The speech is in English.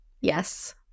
yes